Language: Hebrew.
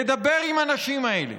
לדבר עם הנשים האלה